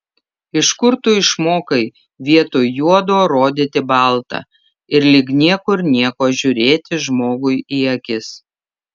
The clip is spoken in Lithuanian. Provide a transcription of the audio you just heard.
iš kur tu išmokai vietoj juodo rodyti balta ir lyg niekur nieko žiūrėti žmogui į akis